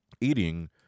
eating